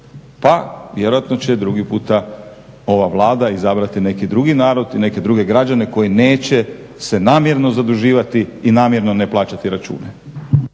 Pa vjerojatno će drugi puta ova Vlada izabrati neki drugi narod i neke druge građane koji neće se namjerno zaduživati i namjerno ne plaćati račune.